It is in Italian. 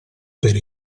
per